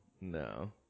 no